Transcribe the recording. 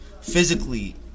physically